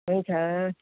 हुन्छ